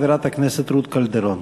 חברת הכנסת רות קלדרון.